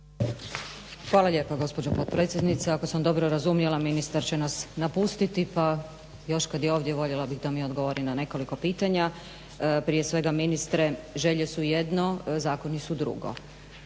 Hvala lijepa gospođo potpredsjednice. Ako sam dobro razumjela, ministar će nas napustiti pa još kad je ovdje voljela bih da mi odgovori na nekoliko pitanja. Prije svega ministre, želje su jedno, zakoni su drugo,